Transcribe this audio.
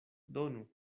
donu